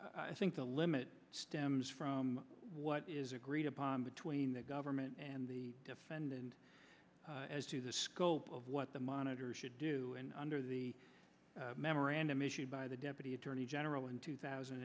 i think the limit stems from what agreed upon between the government and the defendant as to the scope of what the monitor should do and under the memorandum issued by the deputy attorney general in two thousand